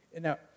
Now